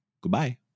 goodbye